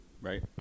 Right